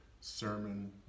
sermon